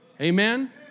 Amen